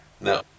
No